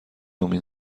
امین